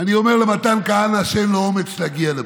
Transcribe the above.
אני אומר למתן כהנא, שאין לו אומץ להגיע לפה: